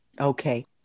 Okay